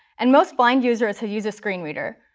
and most blind users who use a screen reader,